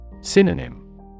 Synonym